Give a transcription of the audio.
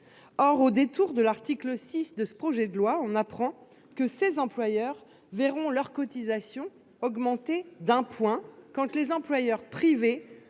Or, au détour de l'article 6 de ce projet de loi, on apprend que ses employeurs verront leurs cotisations augmenter d'un point quand tu les employeurs privés